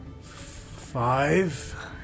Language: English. Five